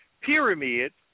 pyramids